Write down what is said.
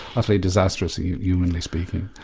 utterly disastrous yeah humanly speaking.